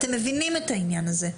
אתם מבינים את העניין הזה.